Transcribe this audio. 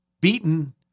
Beaten